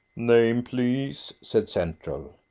name, please, said central.